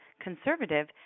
conservative